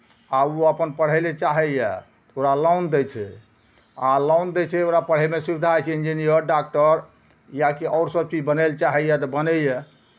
आ ओ अपन पढ़य लए चाहैए ओकरा लोन दै छै आ लोन दै छै ओकरा पढ़यमे सुविधा होइ छै इंजीनियर डॉक्टर या कि आओर सभचीज बनय लेल चाहैए तऽ बनैए